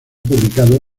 publicado